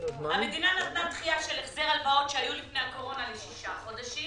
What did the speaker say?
המדינה נתנה דחייה של החזר הלוואות שהיו לפני הקורונה לשישה חודשים,